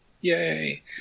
Yay